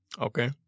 Okay